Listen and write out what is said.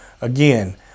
Again